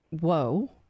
whoa